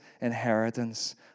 inheritance